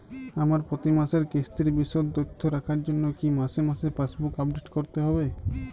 আমার প্রতি মাসের কিস্তির বিশদ তথ্য রাখার জন্য কি মাসে মাসে পাসবুক আপডেট করতে হবে?